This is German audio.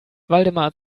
waldemar